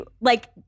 like-